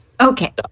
Okay